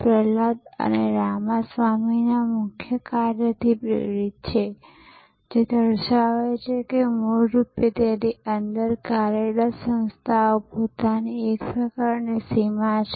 પ્રહલાદ અને રામાસ્વામીના મુખ્ય કાર્યથી પ્રેરિત છે જે દર્શાવે છે કે મૂળરૂપે તેની અંદર કાર્યરત સંસ્થાઓ પોતાની એક પ્રકારની સીમા છે